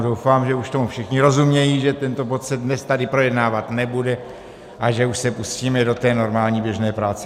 Doufám, že už tomu všichni rozumějí, že tento bod se dnes tady projednávat nebude a že už se pustíme do té normální běžné práce.